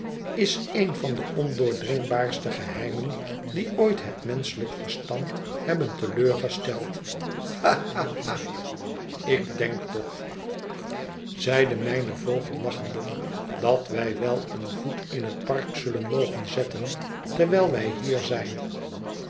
is een van de ondoordringbaarste geheimen die ooit het menschelijk verstand nebben te leur gesteld ha ha ha ik denk toch zeide mijn voogd lachende dat wij wel een voet in het park zullen mogen zetten terwijl wij hier zijn